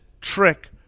trick